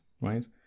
right